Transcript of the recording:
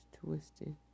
twisted